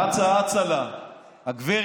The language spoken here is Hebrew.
רצה אצה לה גב'